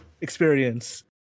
experience